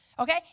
Okay